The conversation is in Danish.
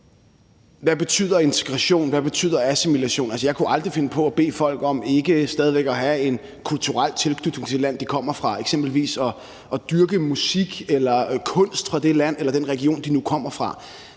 hvad betyder integration, og hvad betyder assimilation? Altså, jeg kunne aldrig finde på at bede folk om ikke stadig væk at have en kulturel tilknytning til det land, de kommer fra, eksempelvis at dyrke musik eller kunst fra det land eller den region, de nu kommer fra.